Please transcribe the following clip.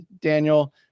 Daniel